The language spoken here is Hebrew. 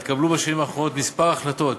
התקבלו בשנים האחרונות כמה החלטות,